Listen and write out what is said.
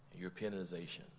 Europeanization